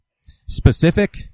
specific